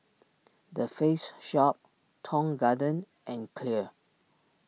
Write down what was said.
the Face Shop Tong Garden and Clear